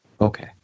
Okay